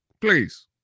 please